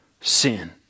sin